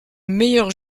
meilleur